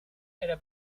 era